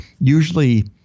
Usually